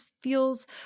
feels